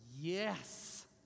yes